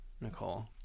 Nicole